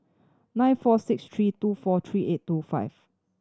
nine four six three two four three eight two five